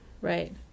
Right